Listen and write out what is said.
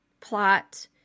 plot